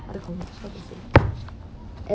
other